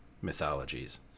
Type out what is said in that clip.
mythologies